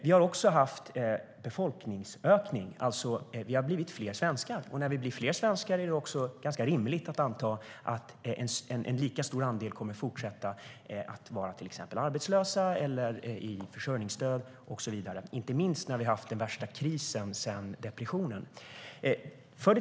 Vi har också haft en befolkningsökning, alltså blivit fler svenskar. När vi blir fler svenskar är det ganska rimligt att anta att en lika stor andel kommer att fortsätta att vara arbetslösa, i försörjningsstöd och så vidare, inte minst då vi har haft den värsta ekonomiska krisen sedan depressionen.